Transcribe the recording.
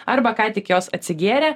arba ką tik jos atsigėrė